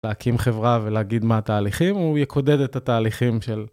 להקים חברה ולהגיד מה התהליכים, הוא יקודד את התהליכים של...